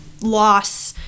loss